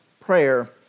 prayer